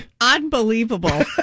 Unbelievable